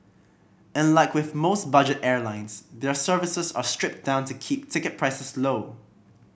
and like with most budget airlines their services are stripped down to keep ticket prices low